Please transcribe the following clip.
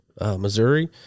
Missouri